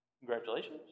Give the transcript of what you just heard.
congratulations